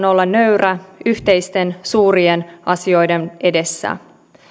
olla nöyrä yhteisten suurien asioiden edessä